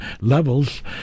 levels